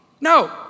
No